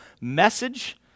message